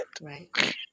Right